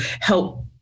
help